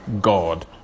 God